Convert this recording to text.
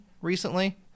recently